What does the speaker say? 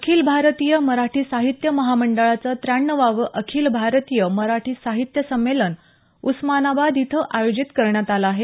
अखिल भारतीय मराठी साहित्य महामंडळाचं त्र्याण्णवावं अखिल भारतीय मराठी साहित्य संमेलन उस्मानाबाद इथं आयोजित करण्यात आलं आहे